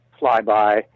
flyby